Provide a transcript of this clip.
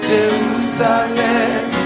Jerusalem